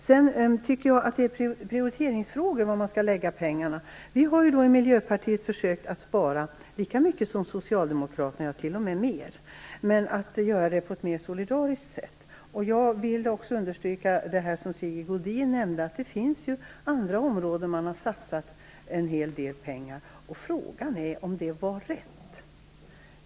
Sedan tycker jag att det är en prioriteringsfråga var man skall lägga pengarna. Vi i Miljöpartiet har försökt spara lika mycket som Socialdemokraterna, ja, t.o.m. mer, men på ett mer solidariskt sätt. Jag vill understryka det som också Sigge Godin nämnde: Det finns andra områden där man satsat en hel del pengar, och frågan är om det var rätt.